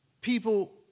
people